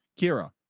Kira